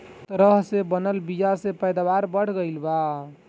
तरह से बनल बीया से पैदावार बढ़ गईल बा